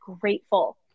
grateful